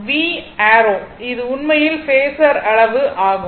V → இது உண்மையில் phasor அளவு ஆகும்